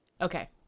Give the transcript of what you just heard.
Okay